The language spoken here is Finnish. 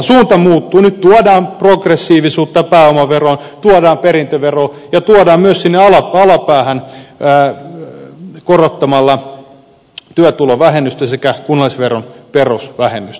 nyt tuodaan progressiivisuutta pääomaveroon tuodaan perintövero ja tuodaan myös sinne alapäähän korottamalla työtulovähennystä sekä kunnallisveron perusvähennystä